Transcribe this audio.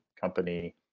company